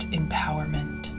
empowerment